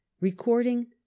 Recording